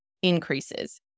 Increases